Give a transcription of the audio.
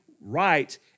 right